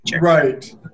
Right